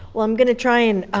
well i'm gonna try and